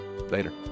Later